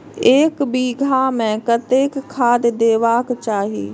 एक बिघा में कतेक खाघ देबाक चाही?